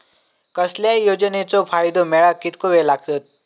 कसल्याय योजनेचो फायदो मेळाक कितको वेळ लागत?